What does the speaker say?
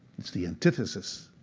it's the antithesis.